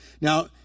Now